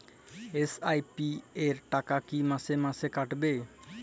SIP র টাকা কী মাসে মাসে কাটবে?